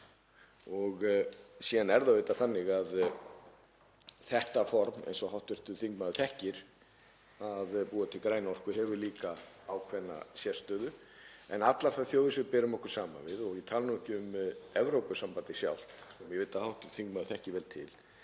Síðan er það auðvitað þannig að þetta form, eins og hv. þingmaður þekkir, að búa til græna orku, hefur líka ákveðna sérstöðu. Allar þær þjóðir sem við berum okkur saman við, og ég tala nú ekki um Evrópusambandið sjálft, ég veit að hv. þingmaður þekkir vel til